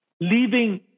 leaving